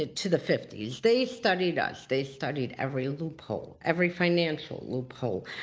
ah to the fifty s. they studied us. they studied every loophole, every financial loophole.